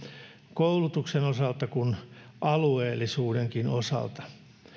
koulutuksen osalta kuin alueellisuudenkin osalta